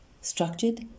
structured